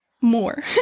more